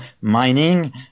mining